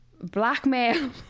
blackmail